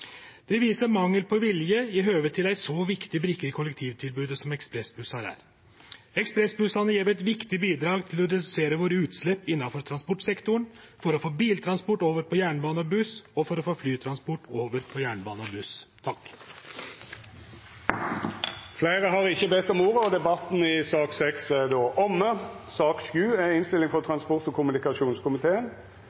Det viser mangel på vilje med omsyn til ei så viktig brikke i kollektivtilbodet som ekspressbussar er. Ekspressbussane gjev eit viktig bidrag til å redusere utsleppa våre innanfor transportsektoren, for å få biltransport over på jernbane og buss og for å få flytransport over på jernbane og buss. Fleire har ikkje bedt om ordet